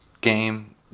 game